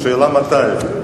השאלה מתי.